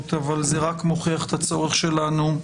אבל זה רק מוכיח את הצורך שלנו,